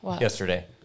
yesterday